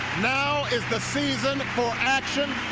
now is the season for action!